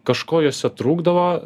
kažko jose trūkdavo